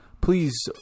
Please